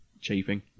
Chafing